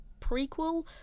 prequel